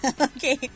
okay